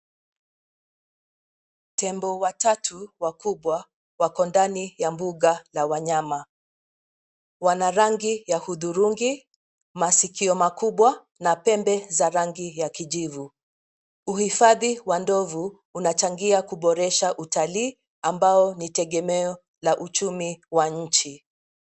Tembo watatu wakubwa wako ndani ya mbuga la wanyama. Wana rangi ya hudhurungi, masikio makubwa na pembe za rangi ya kijivu. Uhifadhi wa ndovu unachangia kuboresha utalii ambao ni tegemeo la uchumi wa nchi.